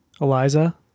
Eliza